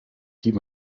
keep